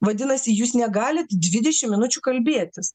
vadinasi jūs negalit dvidešim minučių kalbėtis